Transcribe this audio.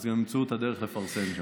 ואז גם ימצאו את הדרך לפרסם שם.